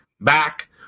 back